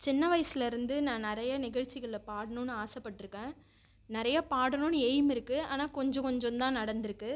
சின்ன வயசுலருந்து நான் நிறைய நிகழ்ச்சிகளில் பாடணும்னு ஆசைப்பட்டுருக்கேன் நிறையா பாடணும்னு எய்ம் இருக்குது ஆனால் கொஞ்சம் கொஞ்சம் தான் நடந்துருக்குது